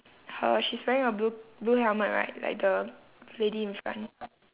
her she's wearing a blue blue helmet right like the lady in front